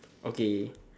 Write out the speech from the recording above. okay